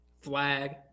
flag